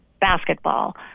basketball